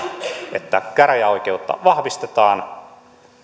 että käräjäoikeutta vahvistetaan